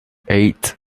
eight